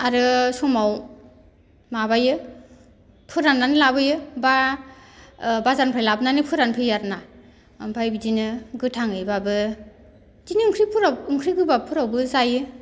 आरो समाव माबायो फोराननानै लाबोयो एबा बाजारनिफ्राय लाबोनानै फोरानफैयो आरोना ओमफ्राय बिदिनो गोथाङैब्लाबो बिदिनो ओंख्रि फोराव ओंख्रि गोबाब फोरावबो जायो